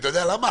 אתה יודע למה?